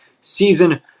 season